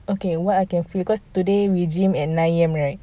okay what I can feel because today we gym at nine A_M right